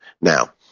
Now